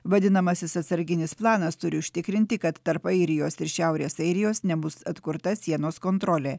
vadinamasis atsarginis planas turi užtikrinti kad tarp airijos ir šiaurės airijos nebus atkurta sienos kontrolė